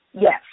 Yes